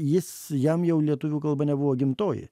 jis jam jau lietuvių kalba nebuvo gimtoji